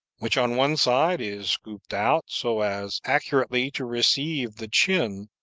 which on one side is scooped out, so as accurately to receive the chin,